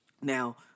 Now